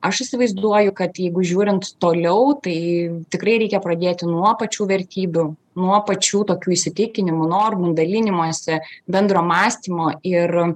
aš įsivaizduoju kad jeigu žiūrint toliau tai tikrai reikia pradėti nuo pačių vertybių nuo pačių tokių įsitikinimų normų dalinimosi bendro mąstymo ir